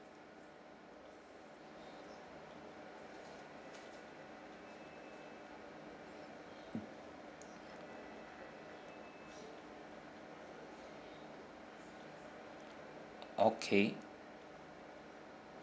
okay